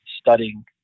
studying